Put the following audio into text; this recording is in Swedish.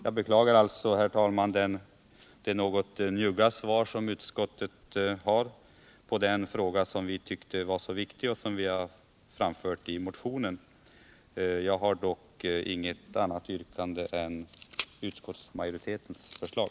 Jag beklagar alltså, herr talman, det något njugga svar som utskottet ger på den fråga vi tyckte var så viktig och som vi framförde i motionen. Jag har dock inget annat yrkande än utskottets förslag.